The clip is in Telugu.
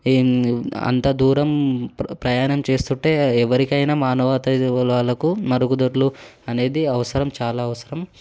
అంత దూరం ప్రయాణం చేస్తుంటే ఎవరికైనా మానవతాలోలకు మరుగుదొడ్లు అనేది అవసరం చాలా అవసరం